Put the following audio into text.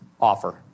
offer